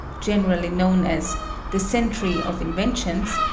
generally known as the century of inventions,